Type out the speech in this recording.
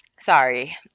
sorry